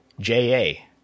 J-A